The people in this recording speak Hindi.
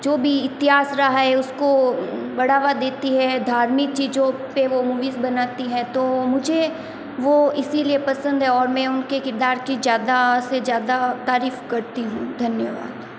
जो भी इतिहास रहा है उस को बढ़ावा देती है धार्मिक चीज़ों पे वो मूवीज़ बनती है तो मुझे वो इसी लिए पसंद है और मैं उन के किरदार की ज़्यादा से ज़्यादा तारीफ़ करती हूँ धन्यवाद